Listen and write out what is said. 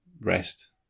rest